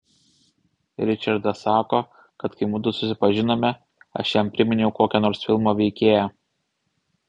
ričardas sako kad kai mudu susipažinome aš jam priminiau kokią nors filmo veikėją